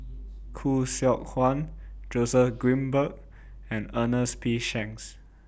Khoo Seok Wan Joseph Grimberg and Ernest P Shanks